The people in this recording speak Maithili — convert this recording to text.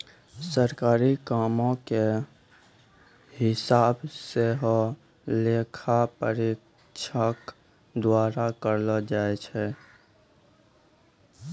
सरकारी कामो के हिसाब सेहो लेखा परीक्षक द्वारा करलो जाय छै